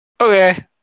Okay